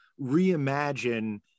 reimagine